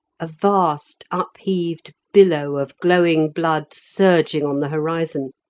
a vast up-heaved billow of glowing blood surging on the horizon.